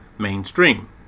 mainstream